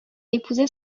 épousé